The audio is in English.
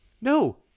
No